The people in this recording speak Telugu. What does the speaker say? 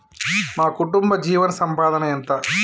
మా కుటుంబ జీవన సంపాదన ఎంత?